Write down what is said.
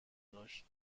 داشت